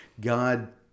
god